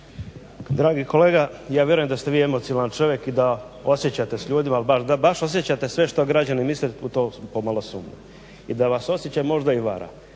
Dragi kolega ja vjerujem da ste vi emocionalan čovjek i da osjećate s ljudima, ali da baš osjećate sve što građani misle u to pomalo sumnjam, i da vas osjećaj možda i vara